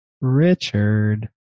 richard